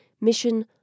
mission